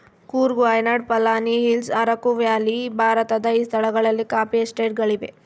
Coorg Wayanad Palani hills Araku valley ಭಾರತದ ಈ ಸ್ಥಳಗಳಲ್ಲಿ ಕಾಫಿ ಎಸ್ಟೇಟ್ ಗಳಿವೆ